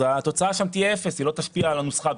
התוצאה שם תהיה אפס והיא לא תשפיע על הנוסחה.